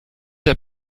der